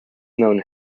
known